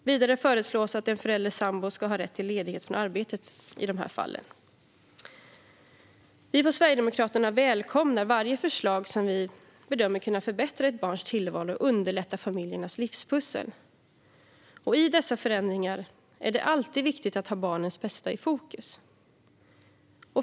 Vidare förslås att en förälders sambo ska ha rätt till ledighet från arbetet i dessa fall. Vi från Sverigedemokraterna välkomnar varje förslag som vi bedömer kunna förbättra ett barns tillvaro och underlätta familjernas livspussel. I dessa förändringar är det alltid viktigt att ha barnens bästa i fokus.